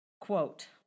Quote